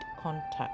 contact